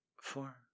Four